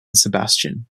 sebastian